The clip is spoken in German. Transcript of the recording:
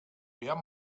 mehr